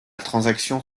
transaction